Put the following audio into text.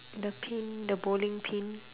the pin the bowling pin